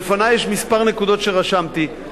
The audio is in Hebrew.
בפני יש כמה נקודות שרשמתי,